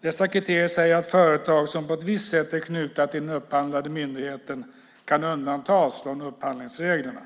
Dessa kriterier säger att företag som på ett visst sätt är knutna till den upphandlande myndigheten kan undantas från upphandlingsreglerna.